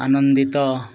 ଆନନ୍ଦିତ